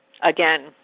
again